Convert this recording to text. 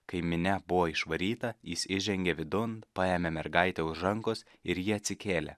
kai minia buvo išvaryta jis įžengė vidun paėmė mergaitę už rankos ir ji atsikėlė